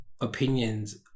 opinions